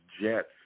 Jets